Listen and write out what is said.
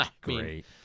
Great